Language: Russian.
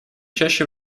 чаще